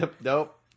Nope